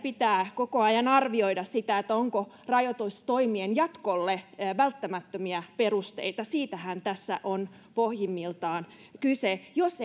pitää koko ajan arvioida onko rajoitustoimien jatkolle välttämättömiä perusteita siitähän tässä on pohjimmiltaan kyse jos